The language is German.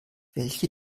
welche